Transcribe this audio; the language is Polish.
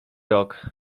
rok